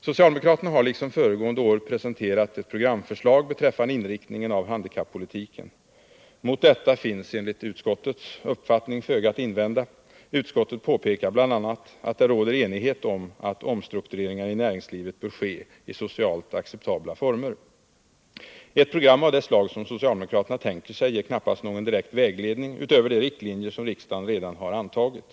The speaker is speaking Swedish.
Socialdemokraterna har liksom föregående år presenterat ett programförslag beträffande inriktningen av handikappolitiken. Mot detta finns enligt utskottets uppfattning föga att invända. Utskottet påpekar bl.a. att det råder enighet om att omstruktureringarna i näringslivet bör ske i socialt acceptabla former. Ett program av det slag som socialdemokraterna tänker sig ger knappast någon direkt vägledning utöver de riktlinjer som riksdagen redan har antagit.